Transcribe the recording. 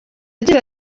agira